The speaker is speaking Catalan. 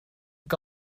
que